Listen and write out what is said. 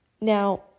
Now